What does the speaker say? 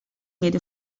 made